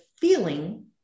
feeling